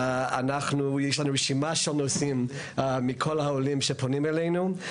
יש לנו רשימה של נושאים מכל העולים שפונים אלינו.